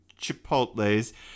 Chipotles